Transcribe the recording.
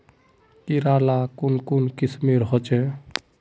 कीड़ा ला कुन कुन किस्मेर होचए?